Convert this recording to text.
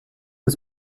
des